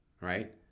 Right